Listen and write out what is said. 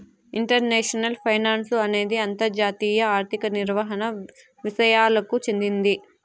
international finance అనేది అంతర్జాతీయ ఆర్థిక నిర్వహణ విసయాలకు చెందింది